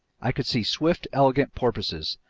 i could see swift, elegant porpoises,